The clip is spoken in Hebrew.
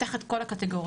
תחת כל הקטגוריות.